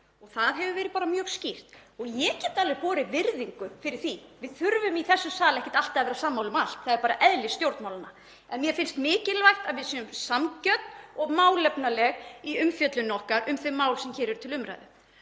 Það hefur verið mjög skýrt og ég get alveg borið virðingu fyrir því. Við þurfum í þessum sal ekkert alltaf að vera sammála um allt, það er bara eðli stjórnmálanna, en mér finnst mikilvægt að við séum sanngjörn og málefnaleg í umfjöllun okkar um þau mál sem hér eru til umræðu.